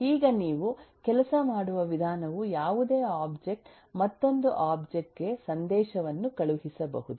ಈಗ ನೀವು ಕೆಲಸ ಮಾಡುವ ವಿಧಾನವು ಯಾವುದೇ ಒಬ್ಜೆಕ್ಟ್ ಮತ್ತೊಂದು ಒಬ್ಜೆಕ್ಟ್ ಗೆ ಸಂದೇಶವನ್ನು ಕಳುಹಿಸಬಹುದು